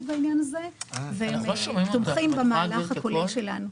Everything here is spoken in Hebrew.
מאוד בעניין הזה והם תומכים במהלך הכולל שלנו.